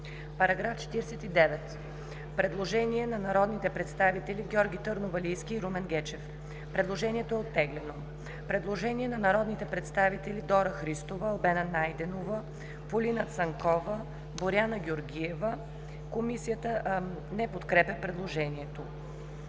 По § 49 има предложение на народните представители Георги Търновалийски и Румен Гечев: Предложението е оттеглено. Предложение на народните представители Дора Христова, Албена Найденова, Полина Цанкова, Боряна Георгиева: „Параграф 49 да се измени